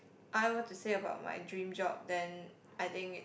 I were to say about my dream job then I think